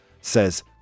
says